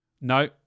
No